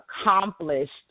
accomplished